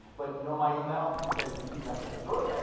but you know my email, and so you can keep me updated. sure.